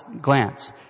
glance